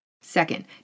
Second